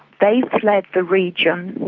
they fled the region.